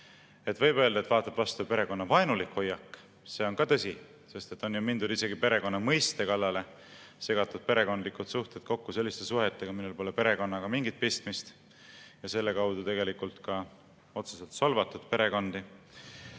Võib öelda, et vaatab vastu perekonnavaenulik hoiak. See on ka tõsi, sest on mindud isegi perekonna mõiste kallale, segatud perekondlikud suhted kokku selliste suhetega, millel pole perekonnaga mingit pistmist, ja selle kaudu tegelikult on ka perekondi